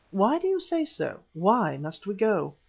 why do you say so? why must we go?